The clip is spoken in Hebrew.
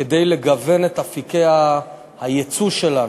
כדי לגוון את אפיקי היצוא שלנו,